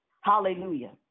Hallelujah